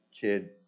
kid